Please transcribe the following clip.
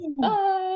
Bye